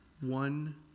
one